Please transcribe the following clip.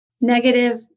negative